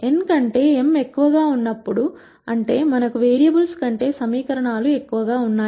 n కంటే m ఎక్కువగా ఉన్నప్పుడు అంటే మనకు వేరియబుల్స్ కంటే సమీకరణాలు ఎక్కువ ఉన్నాయి